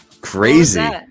crazy